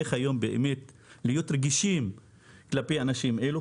איך להיות היום באמת רגישים כלפי האנשים האלו,